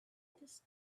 this